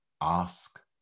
Ask